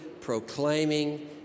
proclaiming